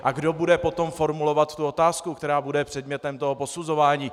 A kdo bude potom formulovat tu otázku, která bude předmětem posuzování?